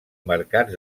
mercats